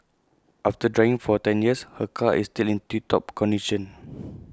after driving for ten years her car is still in tip top condition